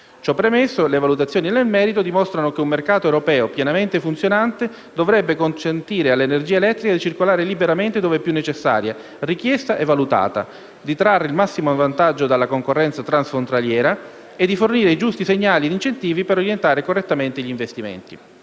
Ciò premesso, le valutazioni nel merito dimostrano che un mercato europeo pienamente funzionante dovrebbe consentire all'energia elettrica di circolare liberamente dove è più necessaria, richiesta e valutata, di trarre il massimo vantaggio dalla concorrenza transfrontaliera e di fornire i giusti segnali e incentivi per orientare correttamente gli investimenti.